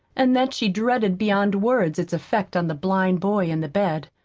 and that she dreaded beyond words its effect on the blind boy in the bed.